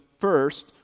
first